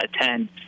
attend